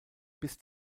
bis